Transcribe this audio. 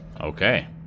okay